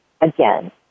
again